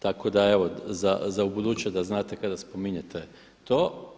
Tako da evo za ubuduće da znate kada spominjete to.